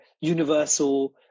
universal